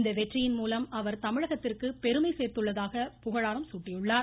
இந்த வெற்றியின் மூலம் அவர் தமிழகத்திற்கு பெருமை சேர்த்துள்ளதாக புகழாரம் சூட்டியுள்ளார்